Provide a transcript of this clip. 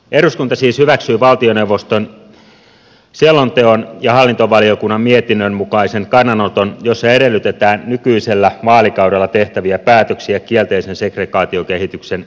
eduskunta siis hyväksyy valtioneuvoston selonteon ja hallintovaliokunnan mietinnön mukaisen kannanoton jossa edellytetään nykyisellä vaalikaudella tehtäviä päätöksiä kielteisen segregaatiokehityksen hillitsemiseksi